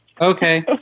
Okay